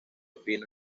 pino